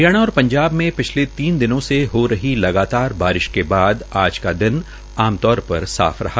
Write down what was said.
हरियाणा और पंजाब में पिछले तीन दिनों से हो रही लगातार बारिश के बाद आज का दिन आमतौर पर सूखा रहा